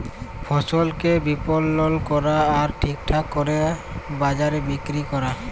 ফসলকে বিপলল ক্যরা আর ঠিকঠাক দরে বাজারে বিক্কিরি ক্যরা